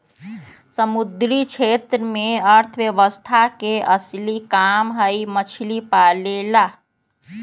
समुद्री क्षेत्र में अर्थव्यवस्था के असली काम हई मछली पालेला